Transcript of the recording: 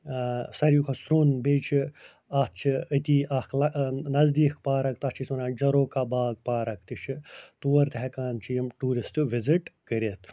ساروٕے کھۄتہٕ سرٛوٚن بیٚیہِ چھِ اتھ چھِ أتی اکھ لَ نٔزدیٖک پارٕک تتھ چھِ أسۍ وَنان جروکا باغ پارٕک تہِ چھِ تور تہِ ہٮ۪کان چھِ یِم ٹیٛوٗرسٹہِ وِزِٹ کٔرِتھ